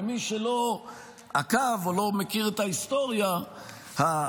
למי שלא עקב או לא מכיר את ההיסטוריה השר